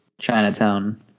Chinatown